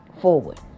forward